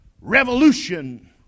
revolution